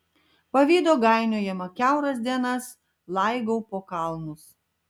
pavydo gainiojama kiauras dienas laigau po kalnus